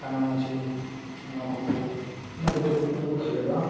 ᱠᱟᱱᱟ ᱢᱟᱹᱪᱷᱤ ᱚᱱᱟ ᱠᱚᱠᱚ ᱠᱟᱹᱴᱤᱡ ᱠᱩᱡ ᱫᱚᱠᱚ ᱠᱷᱮᱞᱳᱰᱚᱜᱼᱟ